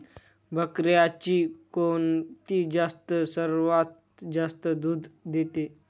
बकऱ्यांची कोणती जात सर्वात जास्त दूध देते?